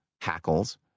hackles